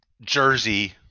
Jersey